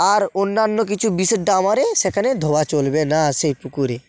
আর অন্যান্য কিছু বিশেষ ডাম আরে সেখানে ধোয়া চলবে না সেই পুকুরে